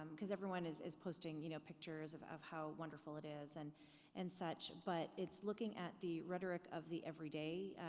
um cause everyone is is posting you know pictures of of how wonderful it is and and such, but it's looking at the rhetoric of the everyday,